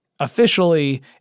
Officially